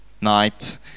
night